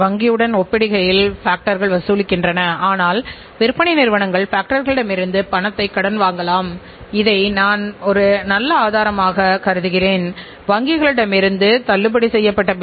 ஏனென்றால் லாபம் என்பது எந்தவொரு நிறுவனத்தின் செயல்திறனையும் அளவிடுவதற்கான மிக முக்கியமான நடவடிக்கையாகும் ஏனெனில் இலக்கை நாம் நிர்ணயிக்கின்ற பொழுது ஒரு குறிப்பிட்ட கால வரையறை யோடு செய்கின்றோம்